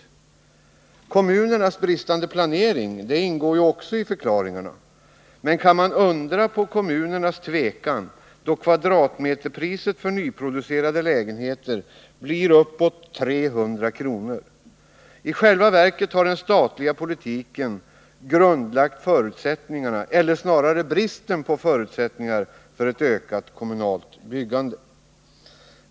Hänvisningar till kommunernas bristande planering ingår också i förklaringarna, men kan man undra på kommunernas tvekan, då kvadratmeterpriset för nyproducerade lägenheter blir uppåt 300 kronor? I själva verket är det den statliga politiken som har grundlagt dessa förutsättningar — eller snarare bristen på förutsättningar — för ett ökat kommunalt byggande.